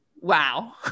wow